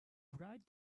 write